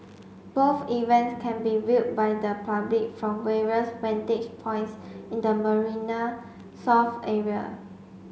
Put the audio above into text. both events can be viewed by the public from various vantage points in the Marina South area